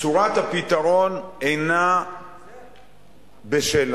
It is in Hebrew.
צורת הפתרון אינה בשלה,